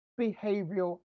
behavioral